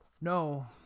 No